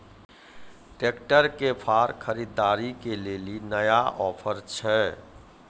Tractor के फार खरीदारी के लिए नया ऑफर छ?